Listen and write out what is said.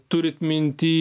turit minty